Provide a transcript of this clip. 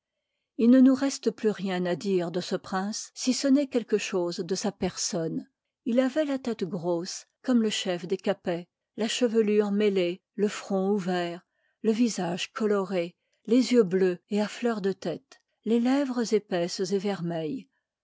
il ne nous reste pluà rien à dire de ce prince si ce n'est quelque chose de sa personne ilavoitla tcte grosse comme le chef des capets la cheyclure mclee le front ouvert le visage coloré les yèiix bleus et à fleur de tête les lèvres épaisses et ermeilles